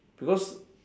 because